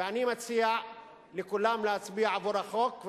ואני מציע לכולם להצביע עבור החוק,